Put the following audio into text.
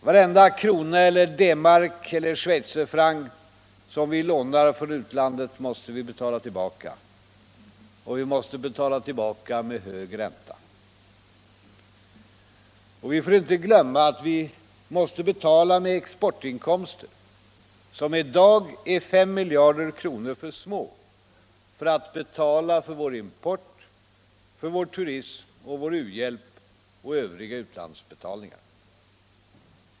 Varenda krona eller D-mark eller schweizerfranc som vi lånar från utlandet måste vi betala tillbaka, och vi måste betala tillbaka med hög ränta. Och vi får inte glömma att vi måste betala med exportinkomster som i dag är 5 miljarder kronor för små för att betala för vår import, för vår turism och vår u-hjälp samt klara övriga utlandsbetalningar.